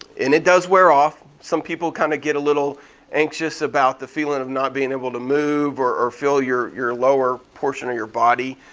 and it does wear off. some people kinda get a little anxious about the feeling of not being able to move or feel your your lower portion of your body,